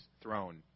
throne